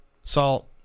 salt